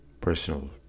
personal